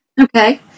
Okay